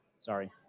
sorry